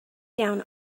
down